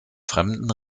fremden